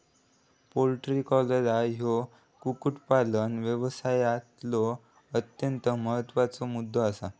poultry cholera ह्यो कुक्कुटपालन व्यवसायातलो अत्यंत महत्त्वाचा मुद्दो आसा